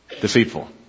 deceitful